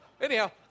anyhow